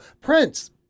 Prince